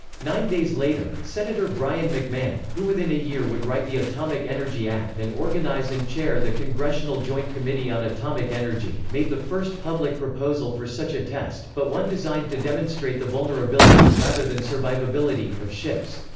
nine days later, senator brien mcmahon, who within a year would write the atomic energy act and organize and chair the congressional joint committee on atomic energy, made the first public proposal for such a test, but one designed to demonstrate the vulnerability, rather than survivability, of ships.